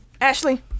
Ashley